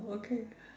okay